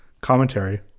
commentary